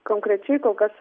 konkrečiai kol kas